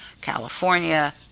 California